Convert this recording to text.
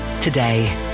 today